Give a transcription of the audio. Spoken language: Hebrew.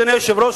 אדוני היושב-ראש,